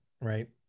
Right